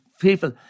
people